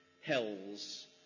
hells